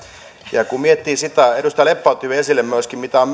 ja kun miettii sitä minkä edustaja leppä otti esille myöskin mitä on